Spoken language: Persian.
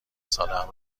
سالهام